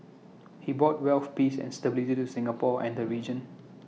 he bought wealth peace and stability to Singapore and the region